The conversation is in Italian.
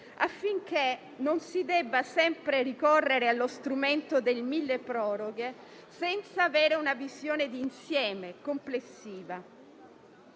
affinché non si debba sempre ricorrere allo strumento del milleproroghe senza avere una visione d'insieme complessiva.